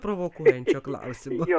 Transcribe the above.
provokuojančio klausimo